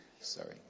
Sorry